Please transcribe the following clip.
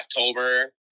October